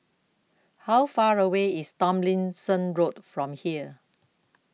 How Far away IS Tomlinson Road from here